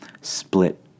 Split